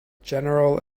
general